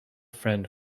friend